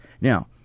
Now